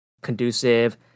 conducive